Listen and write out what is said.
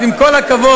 אז עם כל הכבוד,